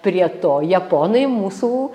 prie to japonai mūsų